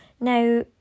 Now